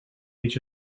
age